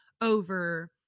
over